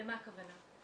למה הכוונה?